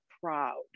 proud